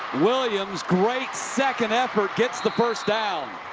williams. great second effort. gets the first down.